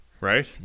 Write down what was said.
Right